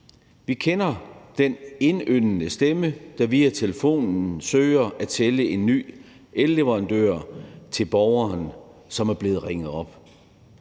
Vi kender den indyndende stemme, der via telefonen søger at sælge el fra en ny elleverandør til borgeren, som er blevet ringet op.